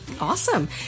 Awesome